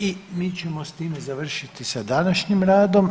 I mi ćemo s time završiti s današnjim radom.